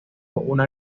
una